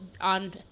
on